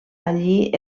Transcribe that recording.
allí